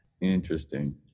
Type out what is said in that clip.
interesting